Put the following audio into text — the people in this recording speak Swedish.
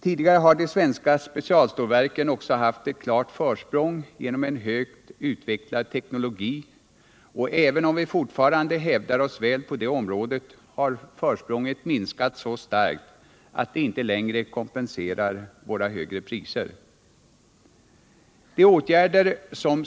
Tidigare har de svenska specialstålverken haft ett klart försprång genom en högt utvecklad teknologi, och även om vi fortfarande hävdar oss väl på det området har försprånget minskat så starkt, att det inte längre kompenserar våra högre priser.